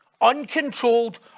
uncontrolled